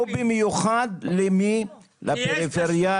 או במיוחד לפריפריאליים,